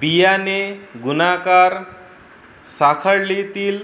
बियाणे गुणाकार साखळीतील